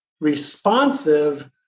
responsive